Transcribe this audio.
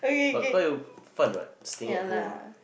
but quite fun what staying at home